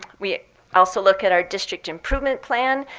we also look at our district improvement plan,